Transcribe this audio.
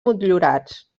motllurats